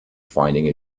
finding